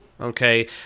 okay